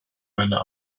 meiner